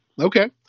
Okay